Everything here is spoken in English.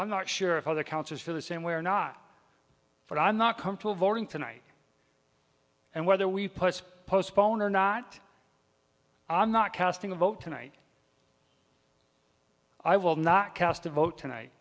i'm not sure if other counties feel the same way or not but i'm not come to voting tonight and whether we put postpone or not i'm not casting a vote tonight i will not cast a vote tonight